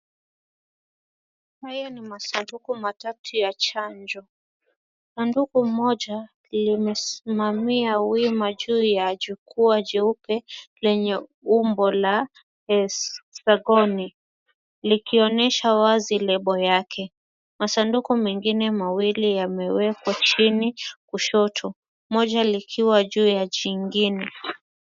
Hayo ni masanduku matatu ya chanjo. Sanduku moja limesimamia wima juu ya jukwaa jeupe, lenye umbo la hezagoni, likionyesha wazi lebo yake. Masanduku mengine mawili yamewekwa chini kushoto, moja likiwa juu ya jingine.